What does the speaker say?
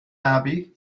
abbey